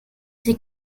she